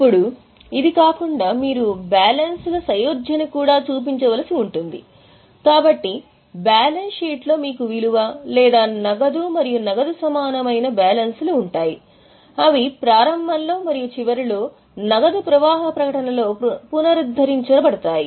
ఇప్పుడు ఇది కాకుండా మీరు బ్యాలెన్స్ల సయోధ్యను కూడా చూపించవలసి ఉంటుంది కాబట్టి బ్యాలెన్స్ షీట్లో మీకు విలువ లేదా నగదు మరియు నగదు సమానమైన బ్యాలెన్స్లు ఉంటాయి అవి ప్రారంభంలో మరియు చివరిలో నగదు ప్రవాహ ప్రకటనలో పునరుద్ధరించబడతాయి